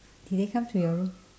did they come to your room